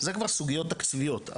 זה כבר סוגיות תקציביות.